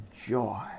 joy